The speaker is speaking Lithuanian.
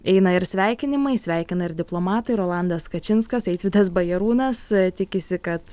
eina ir sveikinimai sveikina ir diplomatai rolandas kačinskas eitvydas bajarūnas tikisi kad